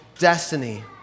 destiny